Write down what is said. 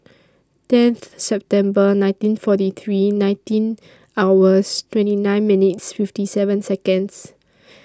tenth September nineteen forty three nineteen hours twenty nine minutes fifty seven Seconds